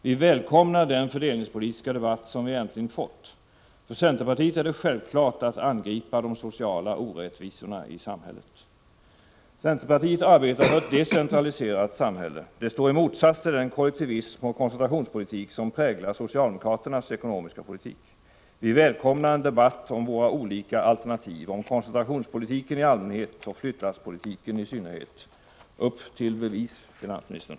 Vi välkomnar den fördelningspolitiska debatt som äntligen kommit till stånd. För centerpartiet är det självklart att angripa de sociala orättvisorna i samhället. Centerpartiet arbetar för ett decentraliserat samhälle. Det står i motsats till den kollektivism och koncentrationspolitik som präglar socialdemokraternas ekonomiska politik. Vi välkomnar en debatt om våra olika alternativ, om koncentrationspolitiken i allmänhet och flyttlasspolitiken i synnerhet. Upp till bevis, finansministern!